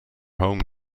home